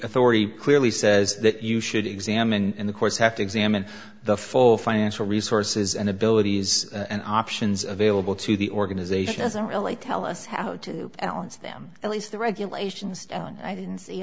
authority clearly says that you should examine the course have to examine the full financial resources and abilities and options available to the organization doesn't really tell us how to balance them at least the regulations i didn't see